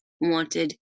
wanted